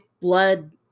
blood